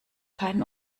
keinen